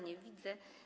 Nie widzę.